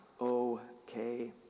okay